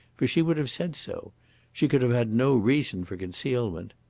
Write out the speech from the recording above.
for she would have said so she could have had no reason for concealment.